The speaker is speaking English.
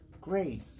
great